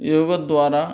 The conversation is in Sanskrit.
योगद्वारा